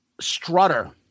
Strutter